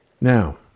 Now